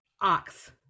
Ox